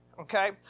okay